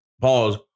pause